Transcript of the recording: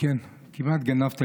כמעט גנבת לי,